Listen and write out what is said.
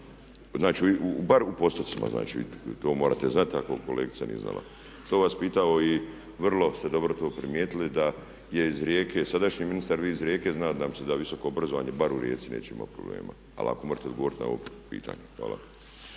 povučeno bar u postocima? Znači to morate znati ako kolegica nije znala. To bih vas pitao. I vrlo ste dobro to primijetili da je iz Rijeke sadašnji ministar, vi iz Rijeke, znači da nam visoko obrazovanje bar u Rijeci neće imati problema. Ali ako možete odgovoriti na ovo pitanje. Hvala.